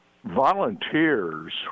volunteers